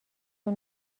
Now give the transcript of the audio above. اون